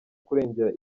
kurengera